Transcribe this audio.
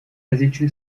различные